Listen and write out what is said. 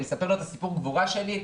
אני אספר לו את סיפור הגבורה שלי?